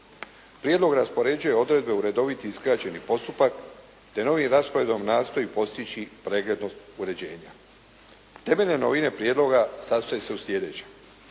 Prijedlog raspoređuje odredbe u redoviti i skraćeni postupak te novim rasporedom nastoji postići preglednost uređenja. Temeljne novine pregleda sastoje se u sljedećem: